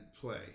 play